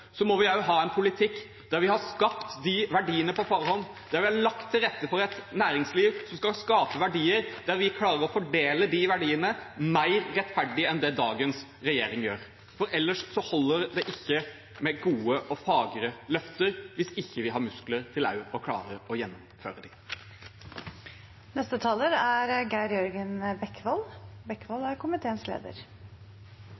må vi også ha en politikk der vi har skapt de verdiene på forhånd, der vi har lagt til rette for et næringsliv som skal skape verdier som vi klarer å fordele mer rettferdig enn det dagens regjering gjør. For det holder ikke med gode og fagre løfter hvis vi ikke også har muskler til å klare å gjennomføre